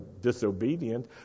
disobedient